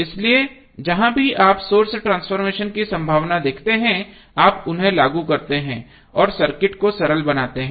इसलिए जहाँ भी आप सोर्स ट्रांसफॉर्मेशन की संभावना देखते हैं आप उन्हें लागू करते हैं और सर्किट को सरल बनाते हैं